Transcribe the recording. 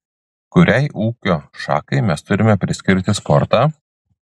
kuriai ūkio šakai mes turime priskirti sportą